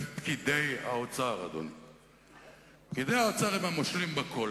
אדוני היושב-ראש,